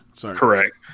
correct